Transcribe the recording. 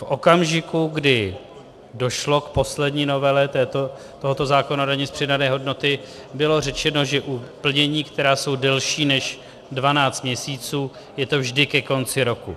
V okamžiku, kdy došlo k poslední novele tohoto zákona o dani z přidané hodnoty, bylo řečeno, že u plnění, která jsou delší než 12 měsíců, je to vždy ke konci roku.